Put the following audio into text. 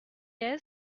est